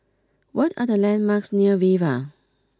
what are the landmarks near Viva